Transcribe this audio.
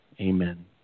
Amen